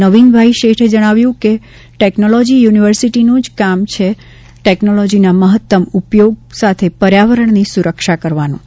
નવીનભાઇ શેઠે જણાવ્યું છે કે ટેકનોલોજી યુનિવર્સિટીનું કામ જ ટેકનોલોજીના મહત્તમ ઉપયોગ સાથે પર્યાવરણની સુરક્ષા કરવાનું છે